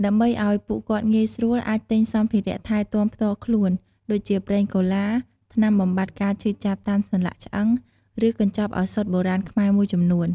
ដើម្បីអោយពួកគាត់ងាយស្រួល អាចទិញសម្ភារៈថែទាំផ្ទាល់ខ្លួន ដូចជាប្រេងកូឡា ថ្នាំបំបាត់ការឈឺចាប់តាមសន្លាក់ឆ្អឹង ឬកញ្ចប់ឱសថបុរាណខ្មែរមួយចំនួន។